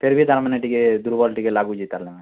ଫିରଭି ତା'ମାନେ ଟିକେ ଦୁର୍ବଳ ଟିକେ ଲାଗୁଛି ତା'ହେଲେ ମାନେ